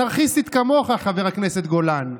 אנרכיסטית כמוך, חבר הכנסת גולן,